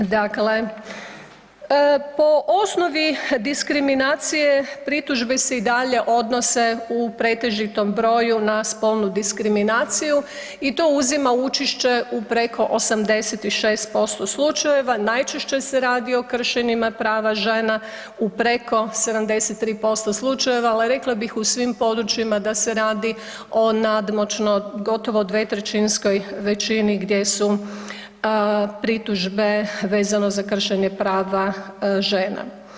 Dakle, po osnovi diskriminacije pritužbe se i dalje odnose u pretežitom broju na spolnu diskriminaciju i to uzima učešće u preko 86% slučajeva, najčešće se radi o kršenjima prava žena u preko 73% slučajeva, ali rekla bih u svim područjima da se radi o nadmoćno 2/3 većini gdje su pritužbe vezano za kršenje prava žena.